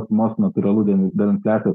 sumos natūralu dėl dėl infliacijos